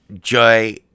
Joy